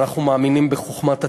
אנחנו מאמינים בחוכמת הציבור.